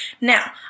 Now